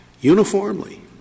uniformly